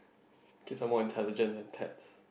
kids are more intelligent than cats